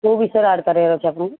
କୋଉ ବିଷୟରେ ଆଡ୍ କରିବାର ଅଛି ଆପଣଙ୍କୁ